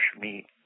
meat